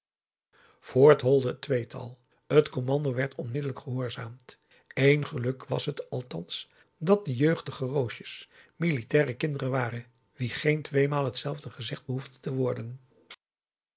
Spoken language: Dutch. holde het tweetal t commando werd onmiddellijk gehoorzaamd één geluk was het althans dat de jeugdige roosjes militaire kinderen waren wie geen tweemaal hetzelfde gezegd behoefde te worden